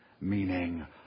meaning